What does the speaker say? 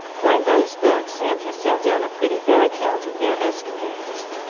for in those books sam has set down a pretty fair account of their escapades.